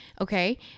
okay